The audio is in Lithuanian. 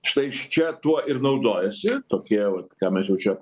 štai iš čia tuo ir naudojasi tokie vat ką mes jau čia